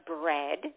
bread